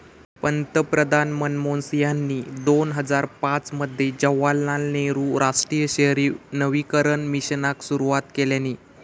पंतप्रधान मनमोहन सिंहानी दोन हजार पाच मध्ये जवाहरलाल नेहरु राष्ट्रीय शहरी नवीकरण मिशनाक सुरवात केल्यानी